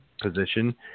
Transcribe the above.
position